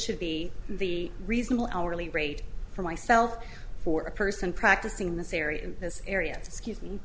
should be the reasonable hourly rate for myself for a person practicing in this area in this area excuse me